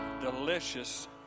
Delicious